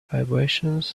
vibrations